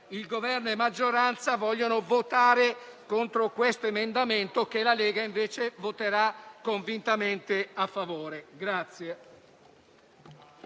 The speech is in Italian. il Governo e la maggioranza vogliano votare contro questo emendamento, su cui la Lega invece voterà convintamente a favore.